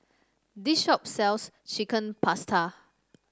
this shop sells Chicken Pasta